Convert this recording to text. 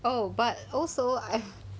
oh but also I